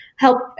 Help